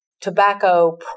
tobacco